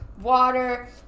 water